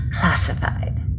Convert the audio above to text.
classified